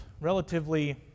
relatively